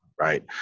Right